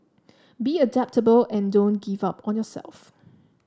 be adaptable and don't give up on yourself